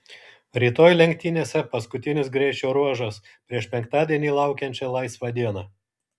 rytoj lenktynėse paskutinis greičio ruožas prieš penktadienį laukiančią laisvą dieną